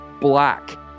black